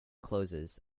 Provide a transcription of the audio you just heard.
closes